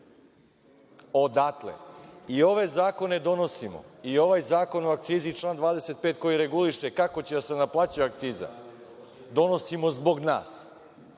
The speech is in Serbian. davanja. Ove zakone donosimo i ovaj Zakon o akcizi član 25. koji reguliše kako će da se naplaćuje akciza donosimo zbog nas.